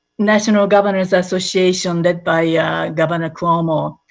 national governors association, led by governor cuomo,